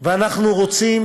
ואנחנו רוצים